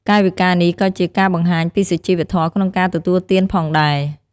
កាយវិការនេះក៏ជាការបង្ហាញពីសុជីវធម៌ក្នុងការទទួលទានផងដែរ។